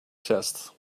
chest